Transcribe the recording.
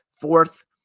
Fourth